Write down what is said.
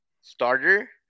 starter